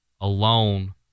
alone